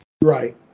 right